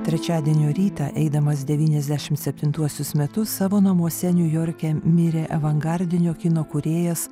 trečiadienio rytą eidamas devyniasdešim septintuosius metus savo namuose niujorke mirė avangardinio kino kūrėjas